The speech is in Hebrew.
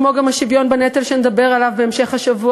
כמו גם השוויון בנטל שנדבר עליו בהמשך השבוע,